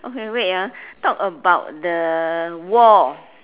okay wait ah talk about the wall